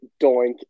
doink